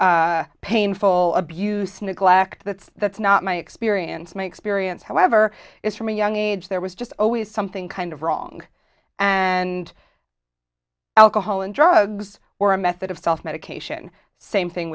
painful abuse neglect that's that's not my experience may experience however is from a young age there was just always something kind of wrong and alcohol and drugs or a method of self medication same thing